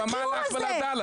אבל מה לך ולעדאללה?